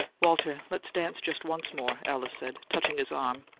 walter, let's dance just once more, alice said, touching his arm